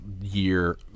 year